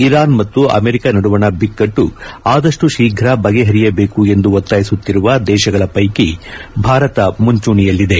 Iran ಮತ್ತು America ನಡುವಣ ಬಿಕ್ಕಟ್ಟು ಆದಷ್ಟು ಶೀಘ ಬಗೆಹರಿಯಬೇಕು ಎಂದು ಒತ್ತಾಯಿಸುತ್ತಿರುವ ದೇಶಗಳ ಪ್ಲೆಕಿ ಭಾರತ ಮುಂಚೂಣಿಯಲ್ಲಿದೆ